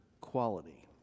quality